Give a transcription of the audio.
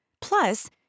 Plus